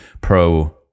pro-